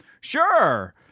sure